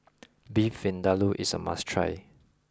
Beef Vindaloo is a must try